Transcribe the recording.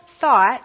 thought